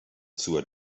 zur